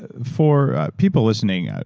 ah for people listening,